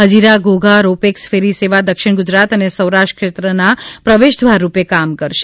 Hazira Ghogha ro pax ferry સેવા દક્ષિણ ગુજરાત અને સૌરાષ્ટ્ર ક્ષેત્રના પ્રવેશદ્વાર રૂપે કામ કરશે